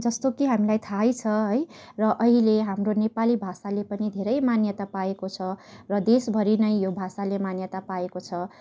जस्तो कि हामीलाई थाहै छ है र अहिले हाम्रो नेपाली भाषाले पनि धेरै मान्यता पाएको छ र देशभरि नै यो भाषाले मान्यता पाएको छ है